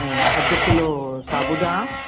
ऐं अधु किलो साबूदाणा